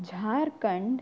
Jharkhand